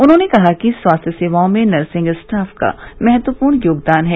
उन्होंने कहा कि स्वास्थ्य सेवाओं में नर्सिंग स्टाफ का महत्वपूर्ण योगदान है